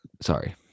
Sorry